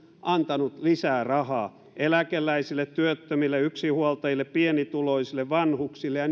antanut lisää rahaa eläkeläisille työttömille yksinhuoltajille pienituloisille vanhuksille ja